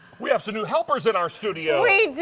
we have some new helpers in our studio.